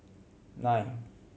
nine